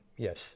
Yes